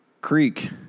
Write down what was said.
creek